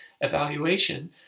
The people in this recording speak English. Evaluation